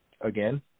again